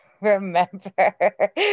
remember